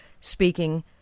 speaking